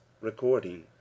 recording